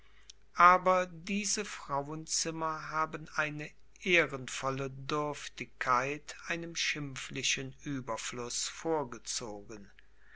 aber diese frauenzimmer haben eine ehrenvolle dürftigkeit einem schimpflichen überfluß vorgezogen